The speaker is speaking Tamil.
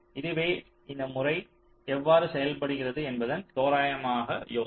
இதுவே இந்த முறை எவ்வாறு செயல்படுகிறது என்பதன் தோராயமாக யோசனை